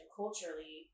culturally